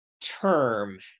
term